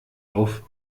auf